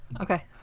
Okay